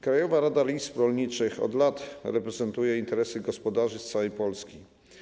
Krajowa Rada Izb Rolniczych od lat reprezentuje interesy gospodarzy z całej Polski.